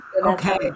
Okay